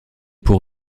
pour